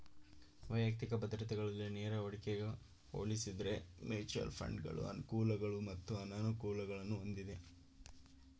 ವೈಯಕ್ತಿಕ ಭದ್ರತೆಗಳಲ್ಲಿ ನೇರ ಹೂಡಿಕೆಗೆ ಹೋಲಿಸುದ್ರೆ ಮ್ಯೂಚುಯಲ್ ಫಂಡ್ಗಳ ಅನುಕೂಲಗಳು ಮತ್ತು ಅನಾನುಕೂಲಗಳನ್ನು ಹೊಂದಿದೆ